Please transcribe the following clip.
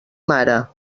mare